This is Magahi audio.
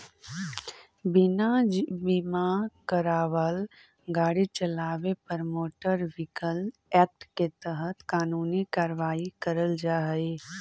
बिना बीमा करावाल गाड़ी चलावे पर मोटर व्हीकल एक्ट के तहत कानूनी कार्रवाई करल जा हई